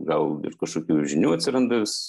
gal ir kažkokių žinių atsiranda vis